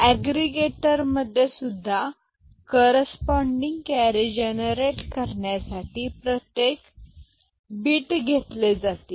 agree गेटर मध्येसुद्धा corresponding carry generate करण्यासाठी प्रत्येक बीट घेतले जातील